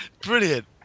brilliant